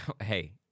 Hey